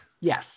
Yes